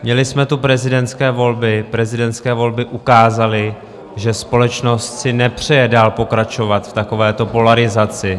Měli jsme tu prezidentské volby, prezidentské volby ukázaly, že společnost si nepřeje dál pokračovat v takovéto polarizaci.